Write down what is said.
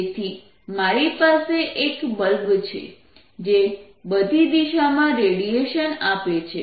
તેથી મારી પાસે એક બલ્બ છે જે બધી દિશામાં રેડિયેશન આપે છે